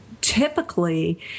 typically